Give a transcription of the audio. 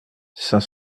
cinq